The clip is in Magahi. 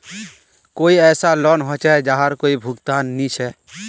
कोई ऐसा लोन होचे जहार कोई भुगतान नी छे?